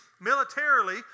militarily